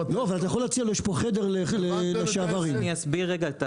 אני אסביר רגע.